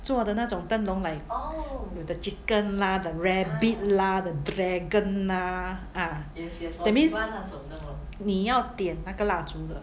做的那种灯笼 like with the chicken lah the rabbit lah the dragon ah ah that means 你要点那个蜡烛的